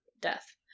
death